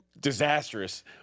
Disastrous